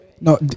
No